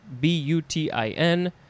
B-U-T-I-N